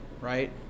right